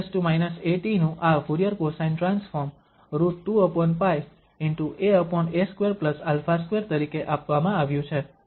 તેથી e−at નું આ ફુરીયર કોસાઇન ટ્રાન્સફોર્મ √2π ✕ aa2α2 તરીકે આપવામાં આવ્યું છે